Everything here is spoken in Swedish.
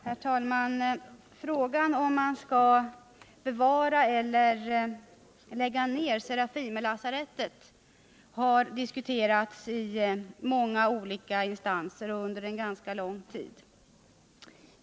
Herr talman! Frågan om Serafimerlasarettet skall bevaras eller läggas ned har diskuterats i många olika instanser och under ganska lång tid.